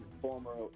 former